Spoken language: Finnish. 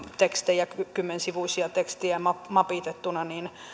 tekstejä kymmensivuisia tekstejä mapitettuina